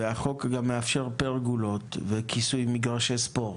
והחוק גם מאפשר פרגולות וכיסוי מגרשי ספורט.